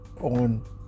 on